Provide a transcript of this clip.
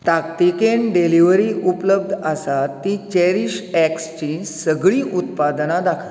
ताकतिकेन डिलिव्हरी उपलब्ध आसात तीं चॅरीशऍक्सचीं सगळीं उत्पादना दाखय